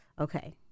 okay